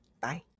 Bye